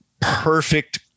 Perfect